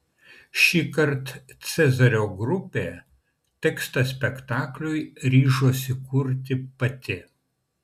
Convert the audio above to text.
šįkart cezario grupė tekstą spektakliui ryžosi kurti pati